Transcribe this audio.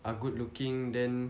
are good looking then